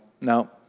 no